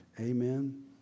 Amen